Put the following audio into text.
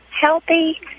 healthy